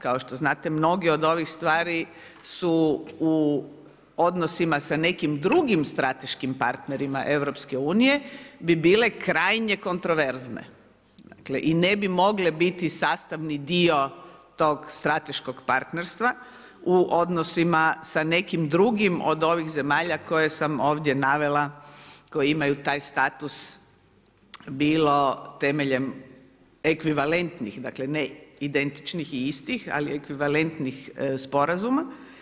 Kao što znate, mnogi od ovih stvari su u odnosima sa nekim drugim strateškim partnerima EU, bi bile krajnje kontroverzne i ne bi mogle biti sastavni dio tog strateškog partnerstva u odnosima sa nekim drugim od ovih zemalja koje sam ovdje navela, koje imaju taj status bilo temeljem ekvivalentnih, dakle, ne identičnih i istih, ali ekvivalentnih sporazuma.